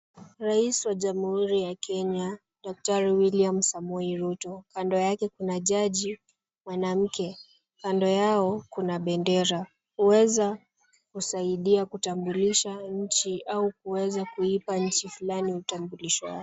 Rais wa jamhuri ya Kenya daktari William Samoei Ruto. Kando yake kuna jaji mwanamke. Kando yao kuna bendera. Huweza kusaidia kutambulisha nchi au kuweza kuipa nchi fulani utambulishaji.